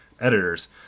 editors